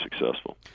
successful